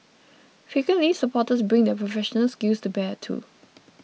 frequently supporters bring their professional skills to bear too